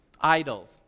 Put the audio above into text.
idols